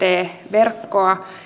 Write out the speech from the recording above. verkkoa ja